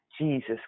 Jesus